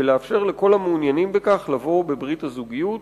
ולאפשר לכל המעוניינים בכך לבוא בברית הזוגיות